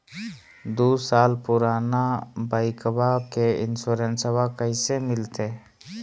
दू साल पुराना बाइकबा के इंसोरेंसबा कैसे मिलते?